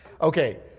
Okay